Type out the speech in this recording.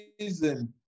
reason